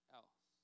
else